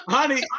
Honey